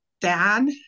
dad